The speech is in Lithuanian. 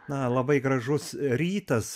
na labai gražus rytas